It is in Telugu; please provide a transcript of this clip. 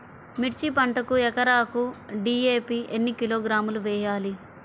మిర్చి పంటకు ఎకరాకు డీ.ఏ.పీ ఎన్ని కిలోగ్రాములు వేయాలి?